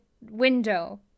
window